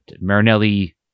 Marinelli